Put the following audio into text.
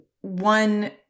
one